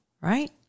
right